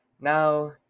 Now